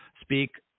speak